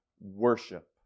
worship